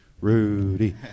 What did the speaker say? Rudy